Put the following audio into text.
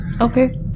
Okay